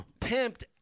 pimped